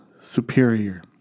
superior